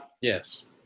Yes